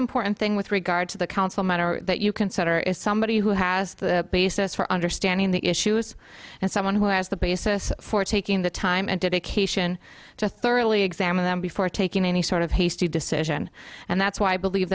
important thing with regard to the council matter that you consider is somebody who has the basis for understanding the issues and someone who has the basis for taking the time and dedication to thoroughly examine them before taking any sort of hasty decision and that's why i believe